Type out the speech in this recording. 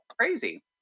Crazy